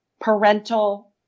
parental